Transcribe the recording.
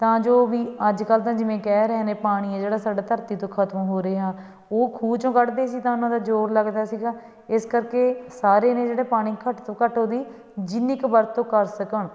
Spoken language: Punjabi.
ਤਾਂ ਜੋ ਵੀ ਅੱਜ ਕੱਲ੍ਹ ਤਾਂ ਜਿਵੇਂ ਕਹਿ ਰਹੇ ਨੇ ਪਾਣੀ ਹੈ ਜਿਹੜਾ ਸਾਡਾ ਧਰਤੀ ਤੋਂ ਖਤਮ ਹੋ ਰਿਹਾ ਉਹ ਖੂਹ 'ਚੋਂ ਕੱਢਦੇ ਸੀ ਤਾਂ ਉਹਨਾਂ ਦਾ ਜ਼ੋਰ ਲੱਗਦਾ ਸੀਗਾ ਇਸ ਕਰਕੇ ਸਾਰੇ ਨੇ ਜਿਹੜੇ ਪਾਣੀ ਘੱਟ ਤੋਂ ਘੱਟ ਉਹਦੀ ਜਿੰਨੀ ਕੁ ਵਰਤੋਂ ਕਰ ਸਕਣ